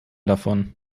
davon